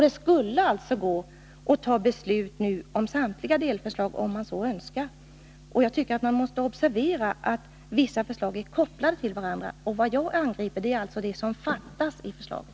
Det skulle gå att fatta beslut nu om samtliga förslag, om man så önskar. Jag tycker att man måste observera att vissa förslag är kopplade till varandra. Vad jag angriper gäller alltså det som fattas i förslaget.